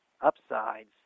upsides